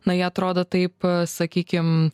na jie atrodo taip sakykim